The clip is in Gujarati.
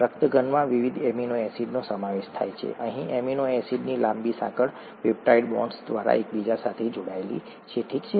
રક્તગણમાં વિવિધ એમિનો એસિડનો સમાવેશ થાય છે અહીં એમિનો એસિડની લાંબી સાંકળ પેપ્ટાઇડ બોન્ડ્સ દ્વારા એકબીજા સાથે જોડાયેલી છે ઠીક છે